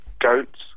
goats